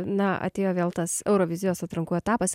na atėjo vėl tas eurovizijos atrankų etapas